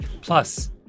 Plus